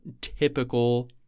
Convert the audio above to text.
typical